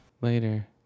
Later